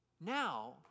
Now